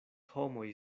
homoj